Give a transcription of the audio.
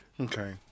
Okay